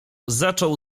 zaczął